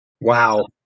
Wow